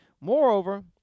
Moreover